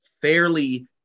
fairly